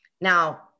Now